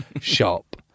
shop